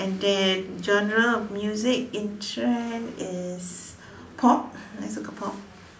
and then genre of music in trend is pop I suka pop